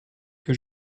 que